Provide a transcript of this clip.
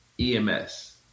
EMS